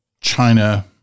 China-